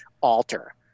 alter